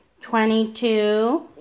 twenty-two